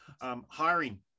Hiring